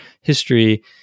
history